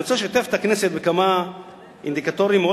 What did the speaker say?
אני רוצה לשתף את הכנסת בכמה אינדיקטורים מאוד